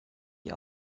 die